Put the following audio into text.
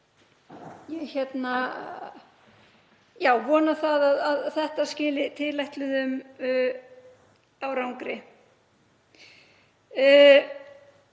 ég vona að þetta skili tilætluðum árangri.